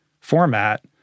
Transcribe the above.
format